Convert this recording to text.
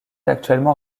actuellement